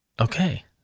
Okay